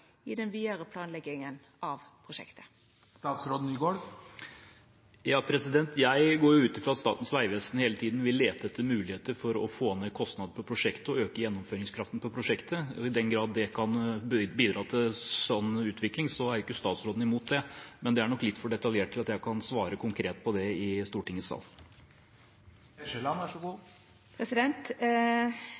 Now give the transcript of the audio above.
i den vidare planlegginga av prosjektet? Jeg går jo ut fra at Statens vegvesen hele tiden vil lete etter muligheter for å få ned kostnader og øke gjennomføringskraften for prosjektet. I den grad det kan bidra til sånn utvikling, er ikke statsråden imot det. Men dette er nok litt for detaljert til at jeg kan svare konkret på det i